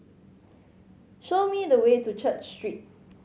show me the way to Church Street